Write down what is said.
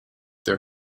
their